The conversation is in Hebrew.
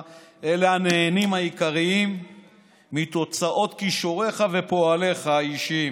הם הנהנים העיקריים מתוצאות כישוריך ופועליך האישיים.